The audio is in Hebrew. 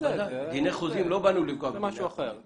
אחרת ללא תמורה וללא דמי הכשרה או דמי השבחה,